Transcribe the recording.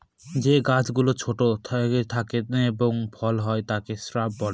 যে গাছ গুলো ছোট থাকে এবং ফল হয় তাকে শ্রাব বলে